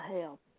help